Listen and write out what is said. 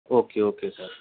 okay okay sir